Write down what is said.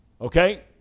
okay